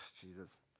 Jesus